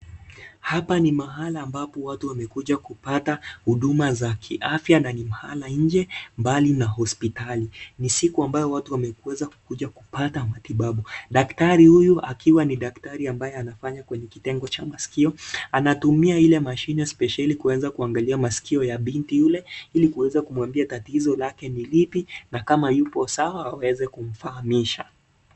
Hapa ni mahala ambapo watu wamekuja kupata huduma za kiafya, na ni mahala nje mbali na hospitali, ni siku ambayo watu wameweza kuja kupata matibabu, daktari huyu akiwa ni daktari ambaye anafanya kwenye kitengo cha maskio, anatumia ile mashine spesheli kuweza kuangalia maskio ya binti ule, ili kuangalia a tatizo lake ni lipi na kama yuko sawa aweze kumfahamisha.